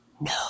no